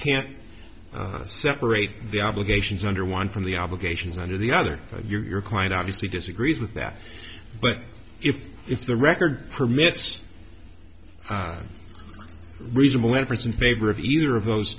can't separate the obligations under one from the obligations under the other but you're quite obviously disagrees with that but if if the record permits reasonable inference in favor of either of those